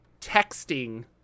texting